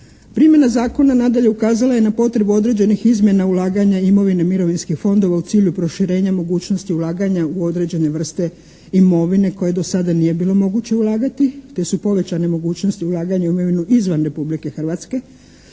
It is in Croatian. Primjena zakona nadalje ukazala je na potrebu određenih izmjena ulaganja imovine mirovinskih fondova u cilju proširenja mogućnosti ulaganja u određene vrste imovine koje do sada nije bilo moguće ulagati te su povećane mogućnosti ulaganja u imovinu izvan Republike Hrvatske.